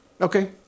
Okay